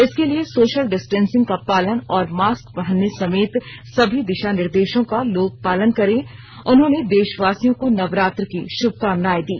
इसके लिए social distancing का पालन और मास्क पहनने समेत सभी दिशा निर्देशों का लोग पालन करें उन्होंने देशवासियों को नवरात्र की श्भकामनाएं दी